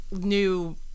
new